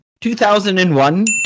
2001